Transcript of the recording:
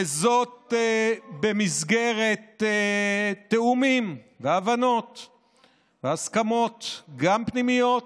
וזאת במסגרת תיאומים, הבנות והסכמות, גם פנימיות